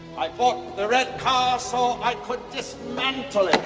i bought the red car so i could dismantle it!